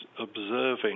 observing